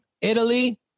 Italy